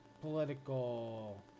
political